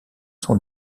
sont